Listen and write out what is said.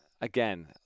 again